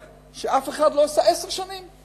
שאף אחד לא עשה עשר שנים.